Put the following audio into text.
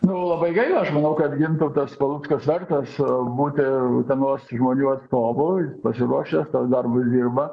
nu labai gaila aš manau kad gintautas paluckas vertas būti utenos žmonių atstovu jis pasiruošęs tuos darbus dirba